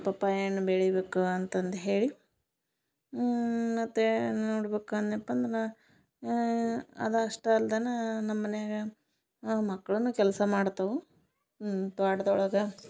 papaya ಹಣ್ ಬೆಳಿಯಬೇಕು ಅಂತಂದು ಹೇಳಿ ಮತ್ತು ನೋಡ್ಬೇಕು ಅನ್ಯಪ್ಪ ಅಂದರ ಅದಷ್ಟ ಅಲ್ದನ ನಮ್ಮ ಮನ್ಯಾಗ ಅ ಮಕ್ಕಳನು ಕೆಲಸ ಮಾಡ್ತವು ತ್ವಾಟದೊಳಗ